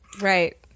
Right